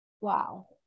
Wow